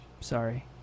Sorry